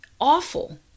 awful